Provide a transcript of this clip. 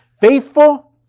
faithful